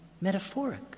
metaphoric